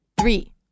three